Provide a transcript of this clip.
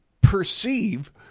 perceive